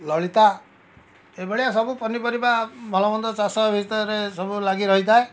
ଲଳିତା ଏଇଭଳିଆ ସବୁ ପନିପରିବା ଭଲମନ୍ଦ ଚାଷ ଭିତରେ ସବୁ ଲାଗିରହିଥାଏ